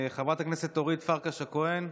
חברת הכנסת אורית פרקש הכהן?